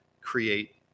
create